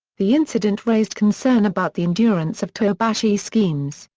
the incident raised concern about the endurance of tobashi schemes,